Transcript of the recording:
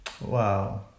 Wow